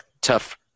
tough